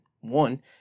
one